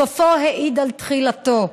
סופו העיד על תחילתו.